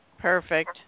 Perfect